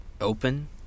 open